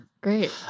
great